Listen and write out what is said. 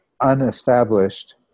unestablished